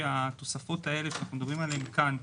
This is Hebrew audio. והתוספות האלה שאנחנו מדברים עליהם כאן,